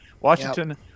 Washington